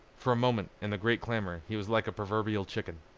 for a moment, in the great clamor, he was like a proverbial chicken.